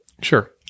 Sure